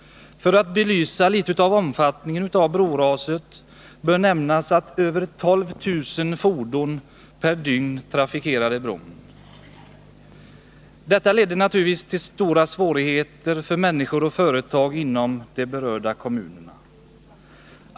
För att något belysa omfattningen av broraset kan nämnas att över 12 000 fordon per dygn trafikerade bron. Raset ledde naturligtvis till stora svårigheter för människor och företag inom de berörda kommunerna.